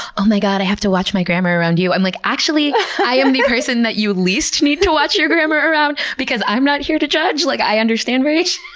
oh my god, i have to watch my grammar around you! i'm like, actually i am the person that you least need to watch your grammar around because i'm not here to judge. like i understand variation.